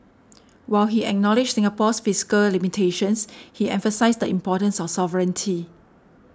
while he acknowledged Singapore's physical limitations he emphasised the importance of sovereignty